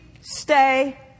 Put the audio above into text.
stay